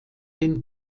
den